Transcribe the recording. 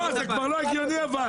לא, זה כבר לא הגיוני אבל.